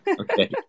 Okay